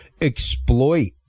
exploit